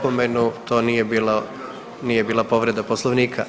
to nije bila povreda Poslovnika.